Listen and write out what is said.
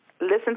listen